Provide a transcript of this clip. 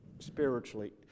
Spiritually